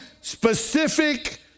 specific